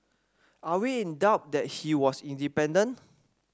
are we in doubt that he was independent